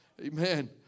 Amen